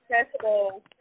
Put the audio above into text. accessible